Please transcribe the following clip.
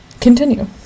Continue